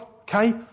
Okay